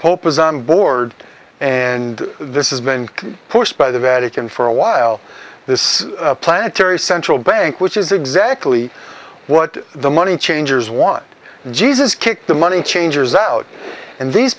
pope is on board and this is been pushed by the vatican for a while this planetary central bank which is exactly what the money changers want jesus kicked the money changers out and these